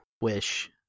wish